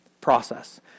process